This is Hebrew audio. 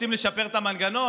רוצים לשפר את המנגנון?